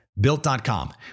Built.com